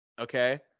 Okay